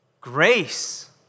grace